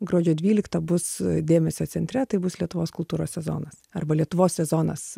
gruodžio dvyliktą bus dėmesio centre tai bus lietuvos kultūros sezonas arba lietuvos sezonas